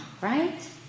right